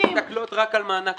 הן מסתכלות רק על מענק העבודה.